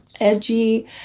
edgy